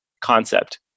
concept